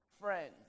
friend